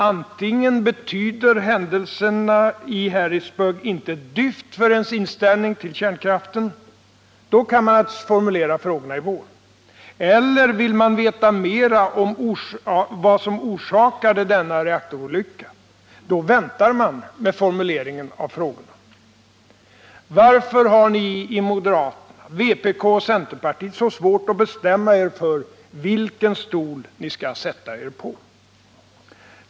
Antingen betyder händelsen i Harrisburg inte ett dyft för ens inställning till kärnkraften. Då kan man naturligtvis formulera frågorna i vår. Eller vill man veta mera om vad som orsakade denna reaktorolycka. Då väntar man med formuleringen av frågorna. Varför har ni i moderata samlingspartiet, vänsterpartiet kommunisterna och centerpartiet så svårt att bestämma er för vilken stol ni skall sätta er på?